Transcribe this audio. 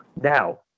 Now